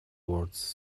words